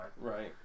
Right